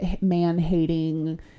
man-hating